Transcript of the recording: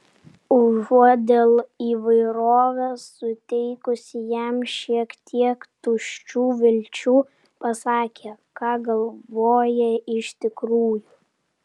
užuot dėl įvairovės suteikusi jam šiek tiek tuščių vilčių pasakė ką galvoja iš tikrųjų